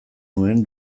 nuen